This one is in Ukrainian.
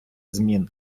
змін